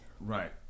Right